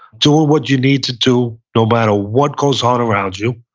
doing what you need to do, no matter what goes on around you,